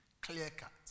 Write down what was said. Clear-cut